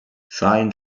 sein